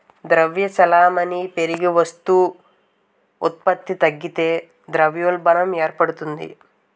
ద్రవ్య చలామణి పెరిగి వస్తు ఉత్పత్తి తగ్గితే ద్రవ్యోల్బణం ఏర్పడుతుంది